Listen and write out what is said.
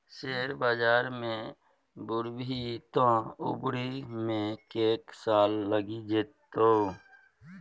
share बजार मे बुरभी तँ उबरै मे कैक साल लगि जेतौ